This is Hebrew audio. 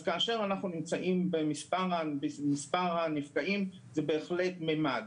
כאשר אנחנו נמצאים במספר הנפגעים אז זה בהחלט ממד.